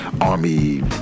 army